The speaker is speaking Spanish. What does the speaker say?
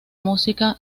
música